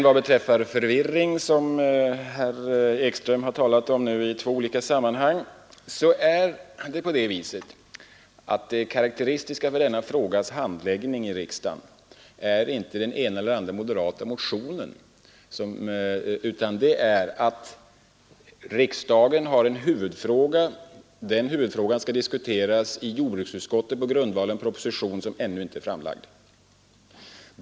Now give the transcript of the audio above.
Vad beträffar den förvirring som herr Ekström har talat om två gånger gäller denna inte den ena eller andra motionen från moderata samlingspartiet. Den består i att riksdagen har att behandla en huvudfråga som skall diskuteras i jordbruksutskottet på grundval av en proposition som ännu inte är framlagd.